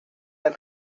del